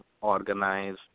organize